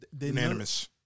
unanimous